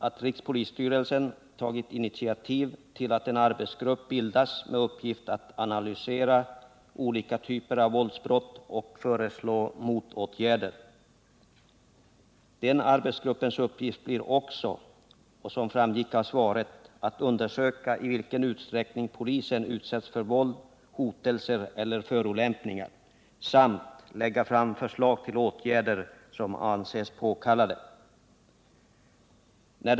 Att rikspolisstyrelsen tagit initiativ till att en arbetsgrupp bildas med uppgift att analysera olika typer av våldsbrott och föreslå motåtgärder. Den arbetsgruppens uppgift blir också, som framgick av svaret, att undersöka i vilken utsträckning polisen utsätts för våld, hotelser eller förolämpningar samt att lägga fram förslag till åtgärder som anses påkallade.